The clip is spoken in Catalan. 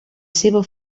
seva